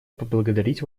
поблагодарить